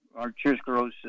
arteriosclerosis